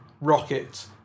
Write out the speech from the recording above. rocket